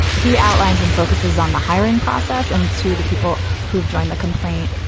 he outlines and focuses on the hiring process and to the people who've joined the complaint,